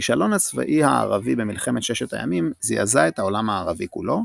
הכישלון הצבאי הערבי במלחמת ששת הימים זעזע את העולם הערבי כולו,